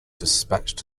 dispatched